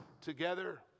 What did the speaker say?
together